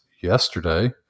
yesterday